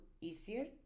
easier